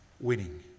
winning